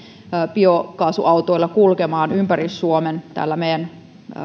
biokaasuautoilla kulkemaan ympäri suomen täällä meidän